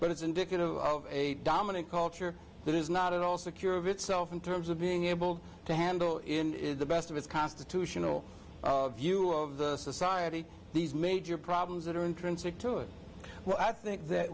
but it's indicative of a dominant culture that is not at all secure of itself in terms of being able to handle in the best of its constitutional view of society these major problems that are intrinsic to it well i think that